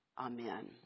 Amen